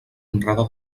honrada